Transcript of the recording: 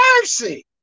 mercy